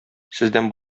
сездән